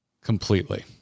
Completely